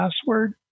password